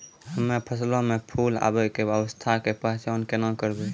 हम्मे फसलो मे फूल आबै के अवस्था के पहचान केना करबै?